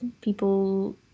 people